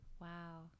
wow